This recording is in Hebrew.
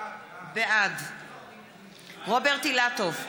בעד רוברט אילטוב,